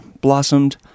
blossomed